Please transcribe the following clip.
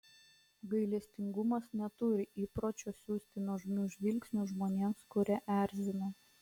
gailestingumas neturi įpročio siųsti nuožmių žvilgsnių žmonėms kurie erzina